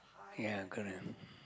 ya correct